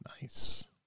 Nice